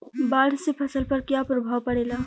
बाढ़ से फसल पर क्या प्रभाव पड़ेला?